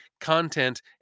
content